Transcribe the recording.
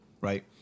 right